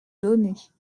données